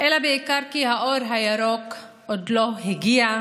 אלא בעיקר כי האור הירוק עוד לא הגיע,